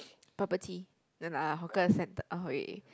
bubble tea then like uh hawker centre orh